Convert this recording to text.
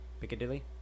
Piccadilly